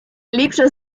ліпше